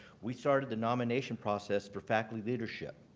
we started the nomination process for faculty leadership.